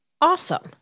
awesome